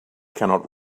cannot